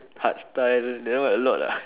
heart style that one a lot ah